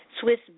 Swiss